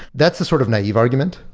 that's the sort of naive argument.